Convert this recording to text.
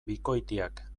bikoitiak